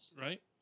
Right